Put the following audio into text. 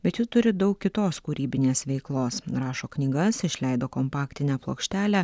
bet ji turi daug kitos kūrybinės veiklos rašo knygas išleido kompaktinę plokštelę